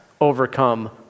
overcome